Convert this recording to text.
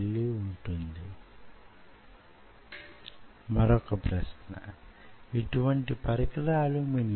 వాటిని శుద్ధమైన సిలికాన్ ఆధారితాలతో కూడా నిర్మించవచ్చు